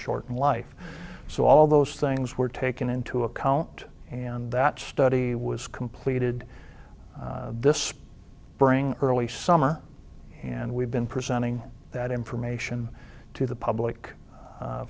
shorten life so all those things were taken into account and that study was completed this bring early summer and we've been presenting that information to the public